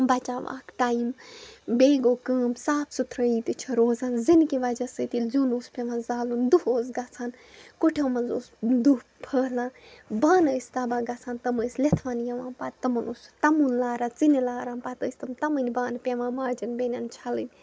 بَچام اَکھ ٹایِم بیٚیہِ گوٚو کٲم صاف سُتھرٲیی تہِ چھےٚ روزان زِنہِ کہِ وَجہ سۭتۍ ییٚلہِ زیُن اوس پٮ۪وان زالُن دُہہ اوس گژھان کُٹھیو منٛز اوس دُہہ پھٲلان بانہٕ ٲسۍ تباہ گژھان تِم ٲسۍ لِتھوان یِوان پَتہٕ تِمَن اوس تَمُن لاران ژِنہِ لاران پَتہٕ ٲسۍ تِم تَمٕنۍ بانہٕ پٮ۪وان ماجَن بیٚنٮ۪ن چھلٕنۍ